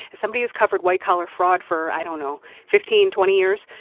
as somebody who's covered white-collar fraud for i don't know fifteen, twenty years,